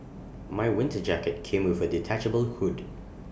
my winter jacket came with A detachable hood